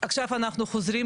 עכשיו אנחנו חוזרים,